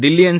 Delhi N